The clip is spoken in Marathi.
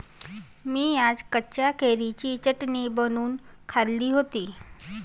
मी आज कच्च्या कैरीची चटणी बनवून खाल्ली होती